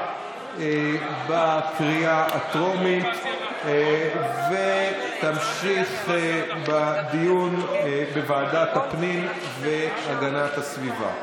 בקריאה הטרומית ותמשיך לדיון בוועדת הפנים והגנת הסביבה.